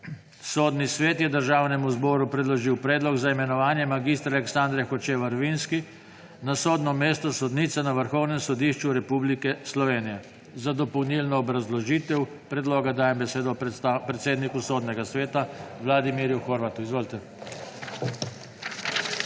Sodni svet je Državnemu zboru predložil predlog za imenovanje mag. Aleksandre Hočevar Vinski na sodno mesto sodnice na Vrhovnem sodišču Republike Slovenije. Za dopolnilno obrazložitev predloga dajem besedo predsedniku Sodnega sveta Vladimirju Horvatu. Izvolite.